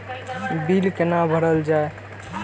Bill कैना भरल जाय?